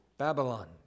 Babylon